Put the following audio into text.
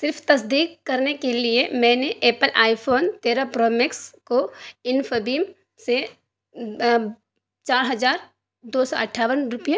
صرف تصدیق کرنے کے لیے میں نے ایپل آئی فون تیرہ پرو میکس کو انفبیم سے چار ہزار دو سو اٹھاون روپے